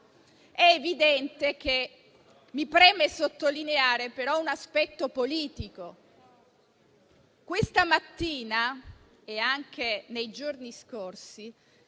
proposta, mi preme sottolineare un aspetto politico. Questa mattina - e anche nei giorni scorsi